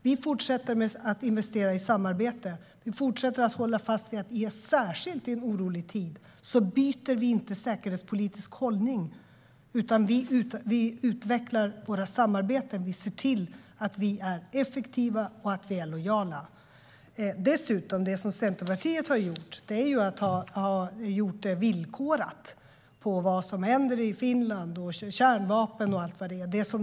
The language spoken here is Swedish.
Vi fortsätter att investera i samarbete, att hålla fast vid att vi i en särskilt orolig tid inte byter säkerhetspolitisk hållning, utan vi utvecklar våra samarbeten och ser till att vi är effektiva och lojala. Det som Centerpartiet har gjort är att man har villkorat med vad som händer i Finland, kärnvapen och allt vad det nu är.